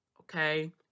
okay